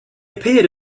appeared